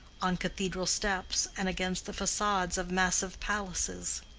on cathedral steps and against the facades of massive palaces